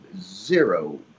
zero